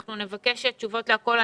נבקש תשובות לכל.